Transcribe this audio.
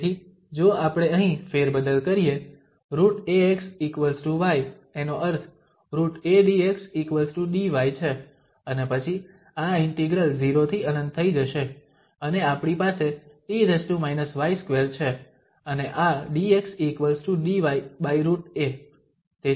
તેથી જો આપણે અહીં ફેરબદલ કરીએ √axy એનો અર્થ √adxdy છે અને પછી આ ઇન્ટિગ્રલ 0 થી ∞ થઈ જશે અને આપણી પાસે e−y2 છે અને આ dxdy√a